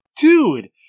Dude